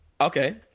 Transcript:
Okay